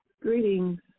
Greetings